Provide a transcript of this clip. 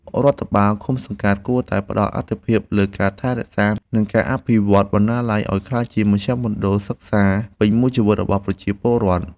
រដ្ឋបាលឃុំសង្កាត់គួរតែផ្តល់អាទិភាពលើការថែរក្សា និងការអភិវឌ្ឍបណ្ណាល័យឱ្យក្លាយជាមជ្ឈមណ្ឌលសិក្សាពេញមួយជីវិតរបស់ពលរដ្ឋ។